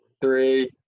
Three